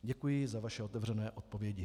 Děkuji za vaše otevřené odpovědi.